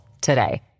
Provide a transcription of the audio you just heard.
today